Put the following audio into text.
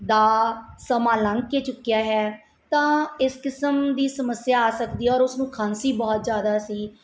ਦਾ ਸਮਾਂ ਲੰਘ ਕੇ ਚੁੱਕਿਆ ਹੈ ਤਾਂ ਇਸ ਕਿਸਮ ਦੀ ਸਮੱਸਿਆ ਆ ਸਕਦੀ ਹੈ ਔਰ ਉਸਨੂੰ ਖਾਂਸੀ ਬਹੁਤ ਜ਼ਿਆਦਾ ਸੀ